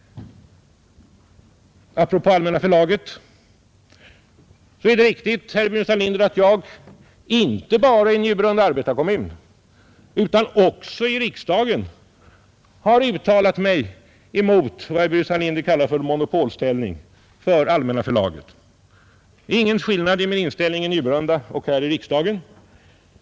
Apropå Allmänna förlaget så är det riktigt, herr Burenstam Linder, att jag inte bara i Njurunda arbetarekommun utan också i riksdagen har uttalat mig emot vad herr Burenstam Linder kallar monopolställning för Allmänna förlaget. Det är ingen skillnad i min inställning i Njurunda och här i riksdagen.